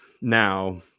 now